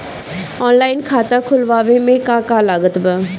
Online खाता खुलवावे मे का का लागत बा?